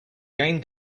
gain